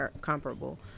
comparable